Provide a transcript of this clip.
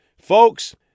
Folks